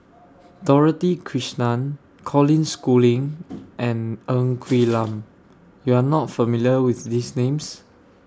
Dorothy Krishnan Colin Schooling and Ng Quee Lam YOU Are not familiar with These Names